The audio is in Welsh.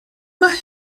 mae